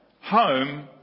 home